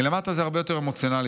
"מלמטה הרבה יותר אמוציונלי.